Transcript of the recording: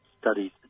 studies